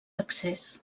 accés